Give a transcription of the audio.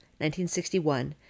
1961